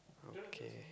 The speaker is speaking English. okay